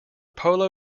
polo